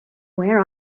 where